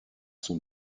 son